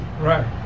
right